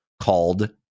called